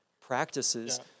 practices